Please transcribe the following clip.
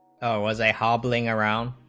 was a hobbling around